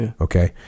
okay